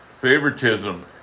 favoritism